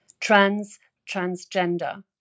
trans-transgender